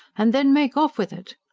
and then make off with it?